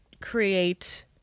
create